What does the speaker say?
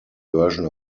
version